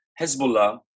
Hezbollah